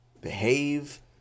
behave